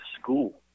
school